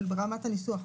אבל ברמת הניסוח.